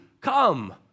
come